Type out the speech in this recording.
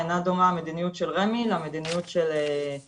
אינה דומה המדיניות של רמ"י למדיניות אגף